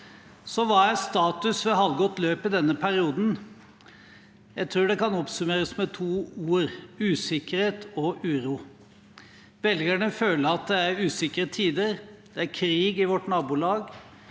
av. Hva er status ved halvgått løp i denne perioden? Jeg tror det kan oppsummeres med to ord: usikkerhet og uro. Velgerne føler at det er usikre tider. Det er krig i vårt nabolag,